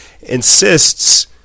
insists